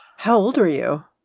how old are you?